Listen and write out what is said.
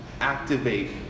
activate